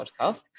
podcast